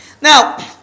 Now